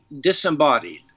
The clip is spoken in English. disembodied